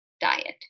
diet